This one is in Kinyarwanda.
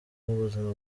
ubuzima